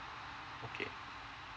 okay